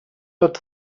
tot